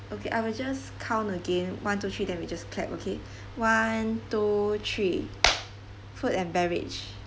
okay I will just count again one two three then we just clap okay one two three food and beverage